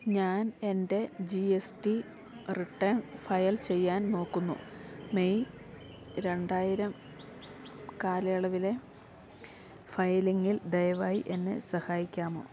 ഞാൻ എൻ്റെ G S T return file ചെയ്യാൻ നോക്കുന്നു മെയ് രണ്ടായിരം കാലയളവിലെ ഫയലിംഗിൽ ദയവായി എന്നെ സഹായിക്കാമോ